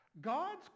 God's